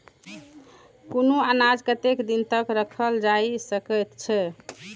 कुनू अनाज कतेक दिन तक रखल जाई सकऐत छै?